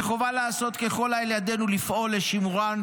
וחובה לעשות ככל העולה בידנו לפעול לשימורן,